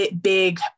big